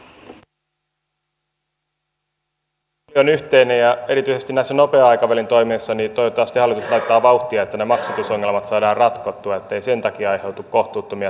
huoli on yhteinen ja toivottavasti hallitus laittaa vauhtia erityisesti näissä nopean aikavälin toiminnoissa että ne maksatusongelmat saadaan ratkottua ettei sen takia aiheudu kohtuuttomia tilanteita